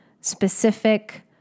specific